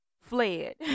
fled